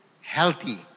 Healthy